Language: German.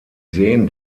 sehen